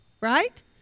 Right